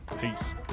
Peace